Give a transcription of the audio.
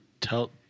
Tell